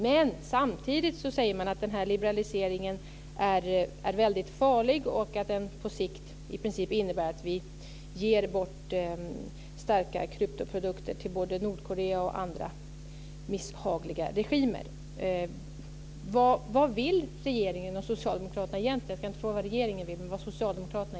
Men samtidigt säger de att denna liberalisering är väldigt farlig och att den på sikt i princip innebär att vi ger bort starka kryptoprodukter till både Nordkorea och andra misshagliga regimer. Vad vill egentligen socialdemokraterna?